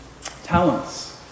talents